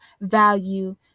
value